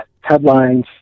headlines